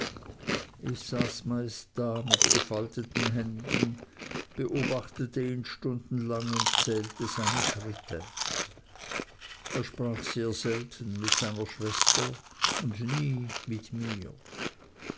ich saß meist da mit gefalteten händen beobachtete ihn stundenlang und zählte seine schritte er sprach sehr selten mit seiner schwester und nie mit mir